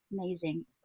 Amazing